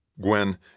Gwen